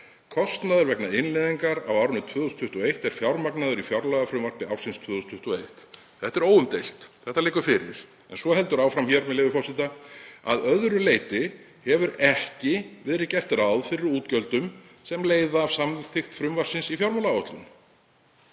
„Kostnaður vegna innleiðingar á árinu 2021 er fjármagnaður í fjárlagafrumvarpi ársins 2021.“ Þetta er óumdeilt, þetta liggur fyrir. En svo heldur hér áfram, með leyfi forseta: „Að öðru leyti hefur ekki verið gert ráð fyrir útgjöldum sem leiða af samþykkt frumvarpsins í fjármálaáætlun.“